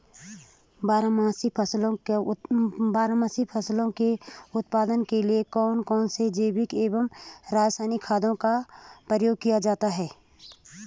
बारहमासी फसलों के उत्पादन के लिए कौन कौन से जैविक एवं रासायनिक खादों का प्रयोग किया जाता है?